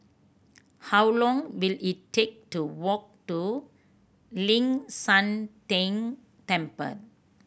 how long will it take to walk to Ling San Teng Temple